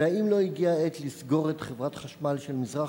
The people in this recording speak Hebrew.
3. האם לא הגיעה העת לסגור את חברת חשמל של מזרח-ירושלים,